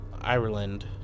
Ireland